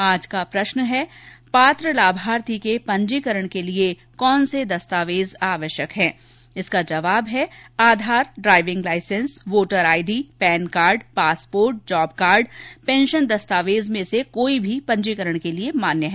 आज का प्रश्न है पात्र लाभार्थी के पंजीकरण के लिये कौन से दस्तावेज आवश्यक हैं इसका जवाब है Aadhaar driving licence voter ID PAN card passport job card pension दस्तावेज में से कोई भी पंजीकरण के लिये मान्य है